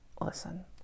Listen